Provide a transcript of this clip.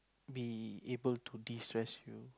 be able to destress you